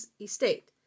Estate